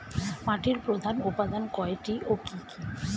মাটির প্রধান উপাদান কয়টি ও কি কি?